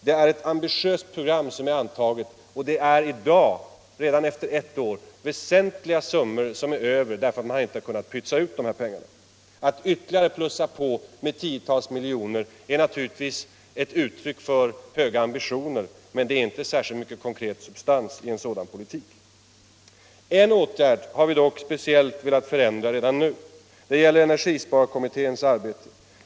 Det är ett ambitiöst program som är antaget och det är i dag, efter ett år, väsentliga summor som är över därför att man inte har kunnat ”pytsa ut” de här pengarna. Att ytterligare ”plussa på” med tiotals miljoner kronor är måhända ett uttryck för höga ambitioner, men det är inte särskilt mycket konkret substans i en sådan politik. En åtgärd har vi dock speciellt velat förändra redan nu. Det gäller energisparkommitténs arbete.